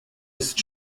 ist